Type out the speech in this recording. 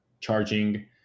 charging